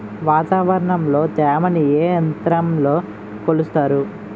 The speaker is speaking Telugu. వాతావరణంలో తేమని ఏ యంత్రంతో కొలుస్తారు?